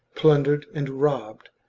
plundered, and robbed,